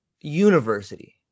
university